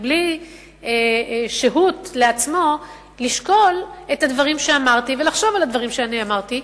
בלי לקחת שהות לעצמו לשקול את הדברים שאמרתי ולחשוב על הדברים שאמרתי,